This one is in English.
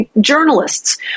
journalists